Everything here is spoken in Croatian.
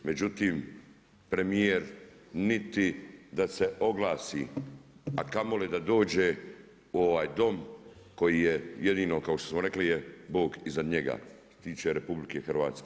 Međutim, premijer niti da se oglasi a kamoli da dođe u ovaj Dom koji je jedino kao što rekli je Bog iznad njega što se tiče RH.